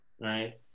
Right